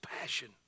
passion